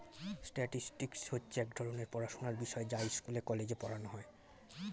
statistics হচ্ছে এক ধরণের পড়াশোনার বিষয় যা স্কুলে, কলেজে পড়ানো হয়